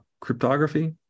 cryptography